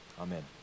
Amen